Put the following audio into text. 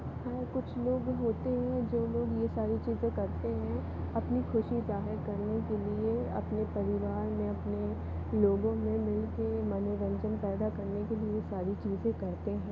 हाँ कुछ लोग होते हैं जो लोग ये सारी चीज़ें करते हैं अपनी खुशी जाहिर करने के लिए अपने परिवार में अपने लोगों में मिल के मनोरंजन पैदा करने के लिए सारी चीज़ें करते हैं